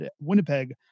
winnipeg